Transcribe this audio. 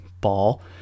ball